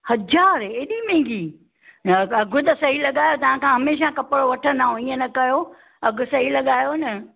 हज़ारु हेॾी महांगी न अघु त सही लॻायो तव्हां खां हमेशह कपिड़ो वठंदा आहियूं हीअं न कयो अघु सही लॻायो न